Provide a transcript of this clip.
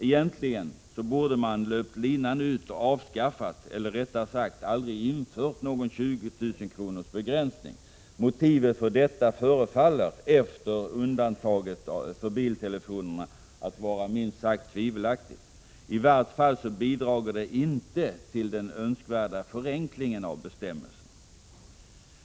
Egentligen borde man löpt linan ut och avskaffat — eller rättare sagt aldrig infört — någon begränsning. Motiven för denna förefaller efter undantaget för biltelefonerna vara minst sagt tvivelaktiga. I vart fall bidrar det inte till den önskvärda förenklingen av bestämmelserna.